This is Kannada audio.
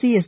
C S